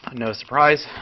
no surprise.